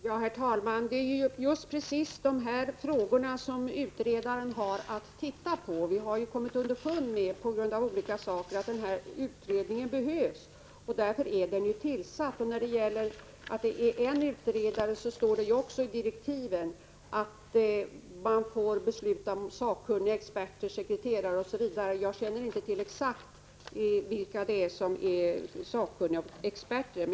Herr talman! Det är precis de här frågorna som utredaren har att studera. Vi har ju på grund av olika händelser kommit underfund med att denna utredning behövs, och därför tillsatt den. När det gäller frågan varför det bara är en utredare vill jag säga att det ju i direktiven står att man också får besluta om huruvida sakkunniga sekreterare, experter osv. skall anlitas. Jag känner inte exakt till vilka det är som är sakkunniga och experter.